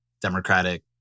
Democratic